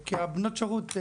כי הבנות שירות,